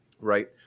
right